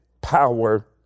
power